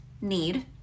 need